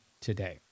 today